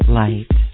light